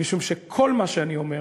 משום שכל מה שאני אומר,